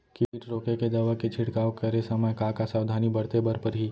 किट रोके के दवा के छिड़काव करे समय, का का सावधानी बरते बर परही?